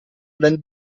wenn